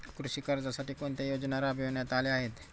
कृषी कर्जासाठी कोणत्या योजना राबविण्यात आल्या आहेत?